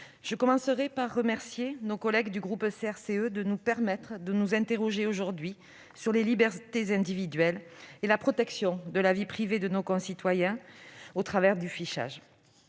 je tiens à remercier nos collègues du groupe CRCE de nous permettre de nous interroger aujourd'hui sur les libertés individuelles et sur la protection de la vie privée de nos concitoyens dans le cadre du fichage.